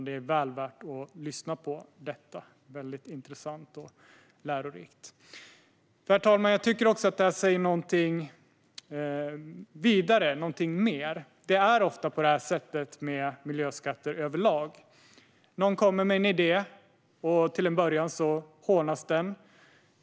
Det är väl värt att lyssna på - mycket intressant och lärorikt. Herr talman! Det här säger något mer. Det är ofta på det här sättet med miljöskatter överlag. Någon kommer med en idé. Till en början hånas den.